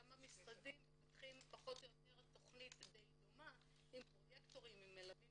שכמה משרדים מפתחים תכנית די דומה עם פרויקטורים ומלווים